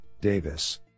Davis